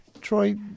Troy